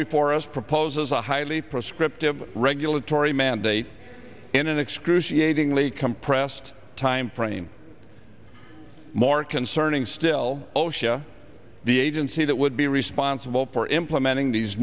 before us proposes a highly prescriptive regulatory mandate in an excruciatingly compressed time frame more concerning still osha the agency that would be responsible for implementing these